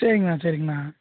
சரிங்ண்ணா சரிங்ண்ணா